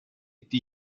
die